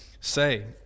say